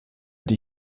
die